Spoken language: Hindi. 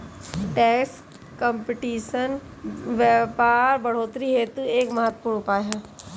टैक्स कंपटीशन व्यापार बढ़ोतरी हेतु एक महत्वपूर्ण उपाय है